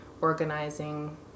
organizing